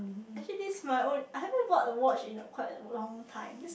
actually this my own I haven't bought a watch in quite a long time